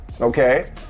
okay